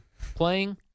playing